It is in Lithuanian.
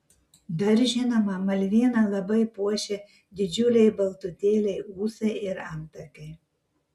dar žinoma malviną labai puošia didžiuliai baltutėliai ūsai ir antakiai